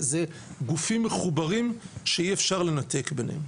זה גופים מחוברים שאי אפשר לנתק ביניהם.